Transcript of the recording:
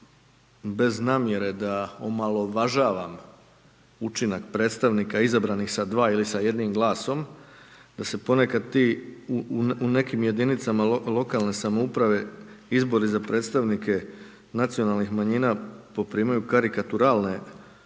bez namjere da omalovažavam učinak predstavnika izabranih sa dva ili sa jednim glasom, da se ponekad ti u nekim jedinicama lokalne samouprave, izbori za predstavnike nacionalnih manjina poprimaju karikaturalne situacije